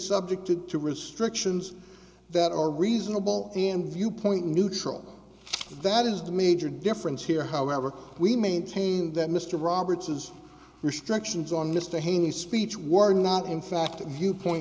subjected to restrictions that are reasonable and viewpoint neutral that is the major difference here however we maintain that mr roberts has restrictions on mr hany speech were not in fact viewpoint